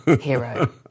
hero